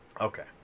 Okay